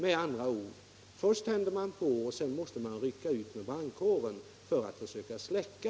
Med andra ord: Först tänder man på och sedan måste man rycka ut med brandkåren för att försöka släcka.